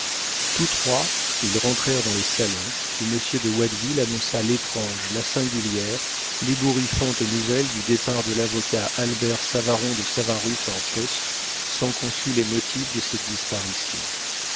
tous trois ils rentrèrent dans les salons où monsieur de watteville annonça l'étrange la singulière l'ébouriffante nouvelle du départ de l'avocat albert savaron de savarus en poste sans qu'on sût les motifs de cette disparition